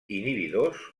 inhibidors